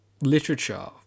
literature